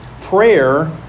prayer